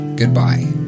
Goodbye